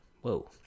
Whoa